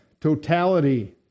totality